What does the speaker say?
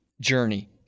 journey